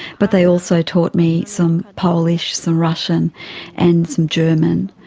but they also taught me some polish, some russian and some german.